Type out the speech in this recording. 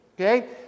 Okay